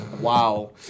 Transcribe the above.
Wow